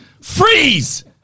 freeze